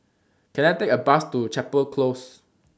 Can I Take A Bus to Chapel Close